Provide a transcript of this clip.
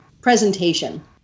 presentation